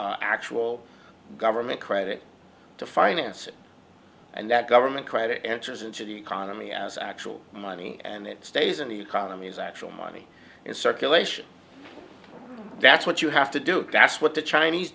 actual government credit to finance it and that government credit enters into the economy as actual money and it stays in the economy is actual money in circulation that's what you have to do that's what the chinese